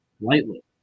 lightly